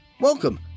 welcome